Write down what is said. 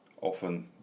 often